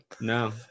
No